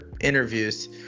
interviews